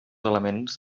elements